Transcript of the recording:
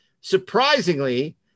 Surprisingly